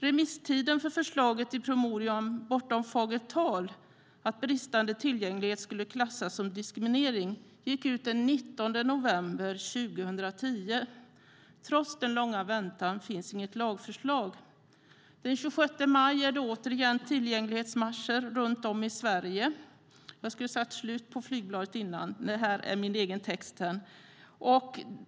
Remisstiden för förslaget i promemorian Bortom fagert tal om att bristande tillgänglighet skulle klassas som diskriminering gick ut den 19 november 2010. Trots den långa väntan finns inget lagförslag. Den 26 maj är det återigen tillgänglighetsmarscher i Sverige.